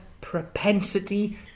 propensity